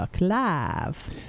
live